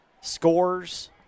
scores